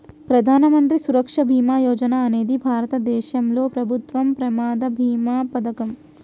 ప్రధాన మంత్రి సురక్ష బీమా యోజన అనేది భారతదేశంలో ప్రభుత్వం ప్రమాద బీమా పథకం